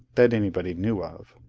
that anybody knew of.